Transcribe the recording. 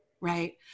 Right